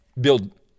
build